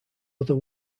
other